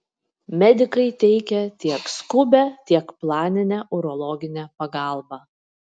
medikai teikia tiek skubią tiek planinę urologinę pagalbą